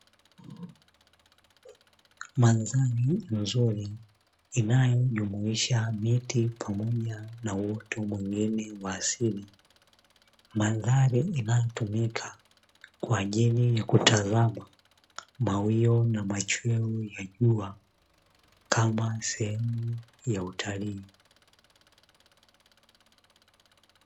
Mandhari nzuri inayojumuisha miti pamoja na uoto mnene wa asili, mandhari inayotumika kwa ajili ya kutazama mawio na machweo ya jua. Kama sehemu ya utalii.